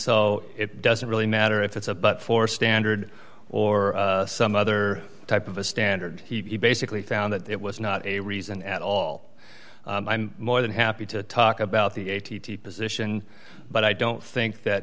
so it doesn't really matter if it's a but for standard or some other type of a standard he basically found that it was not a reason at all i'm more than happy to talk about the a t t position but i don't think that